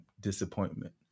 disappointment